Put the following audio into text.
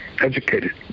educated